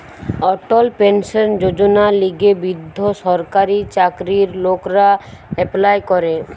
অটল pension যোজনার লিগে বৃদ্ধ সরকারি চাকরির লোকরা এপ্লাই করে